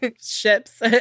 ships